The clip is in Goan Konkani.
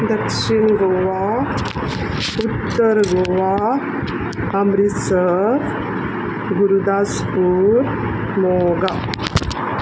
दक्षीण गोवा उत्तर गोवा अमृतसर गुरुदासपूर शिमोगा